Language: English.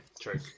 true